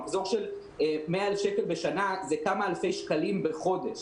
מחזור של 100,000 שקל בשנה זה כמה אלפי שקלים בחודש.